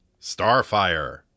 Starfire